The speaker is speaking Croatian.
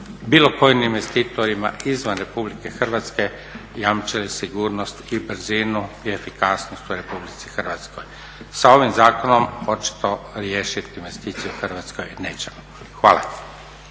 bilo kojim investitorima izvan Republike Hrvatske jamčili sigurnost i brzinu i efikasnost u Republici Hrvatskoj. Sa ovim zakonom očito riješit investicije u Hrvatskoj nećemo. Hvala.